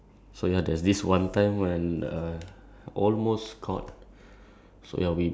so the rest of the people are like placed at a certain area to scout for any dangers